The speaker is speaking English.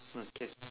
okay